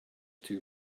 too